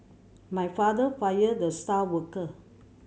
my father fired the star worker